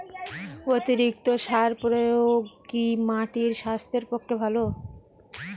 অতিরিক্ত সার প্রয়োগ কি মাটির স্বাস্থ্যের পক্ষে ভালো?